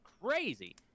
crazy